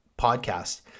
podcast